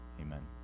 amen